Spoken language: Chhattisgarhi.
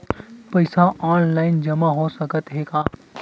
पईसा ऑनलाइन जमा हो साकत हे का?